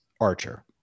Archer